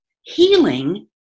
healing